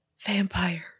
Vampire